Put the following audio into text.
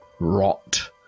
rot